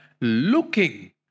looking